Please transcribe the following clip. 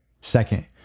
Second